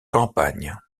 campagne